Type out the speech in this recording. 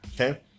okay